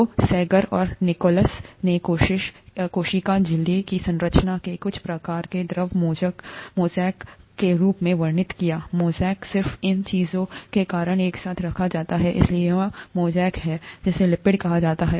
तो सेंगर और निकोलसन ने कोशिका झिल्ली की संरचना को कुछ प्रकार के द्रव मोज़ेक के रूप में वर्णित किया मोज़ेक सिर्फ इन चीजों को एक साथ रखा जाता है इसलिए यह मोज़ेक है जिसे लिपिड कहा जाता है